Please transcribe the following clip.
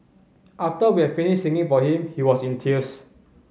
after we had finished singing for him he was in tears